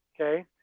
okay